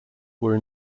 were